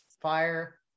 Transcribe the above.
fire